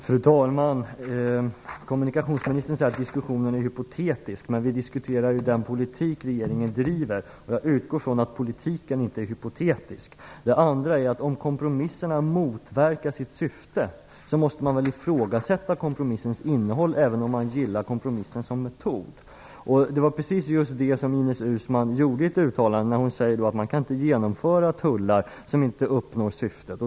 Fru talman! Kommunikationsministern säger att diskussionen är hypotetisk. Men vi diskuterar ju den politik regeringen driver, och jag utgår från att politiken inte är hypotetisk. Det andra är att om kompromisserna motverkar sitt syfte, så måste man väl ifrågasätta kompromissens innehåll, även om man gillar kompromissen som metod. Det var just precis vad Ines Uusmann gjorde i ett uttalande när hon sade att man inte kan genomföra tullar som inte uppnår syftet.